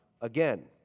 again